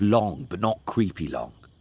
long, but not creepy long.